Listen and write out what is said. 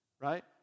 Right